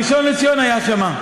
הראשון לציון היה שם.